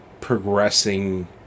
progressing